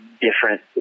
different